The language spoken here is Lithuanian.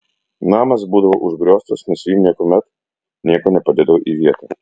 namas būdavo užgrioztas nes ji niekuomet nieko nepadėdavo į vietą